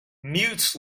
mutes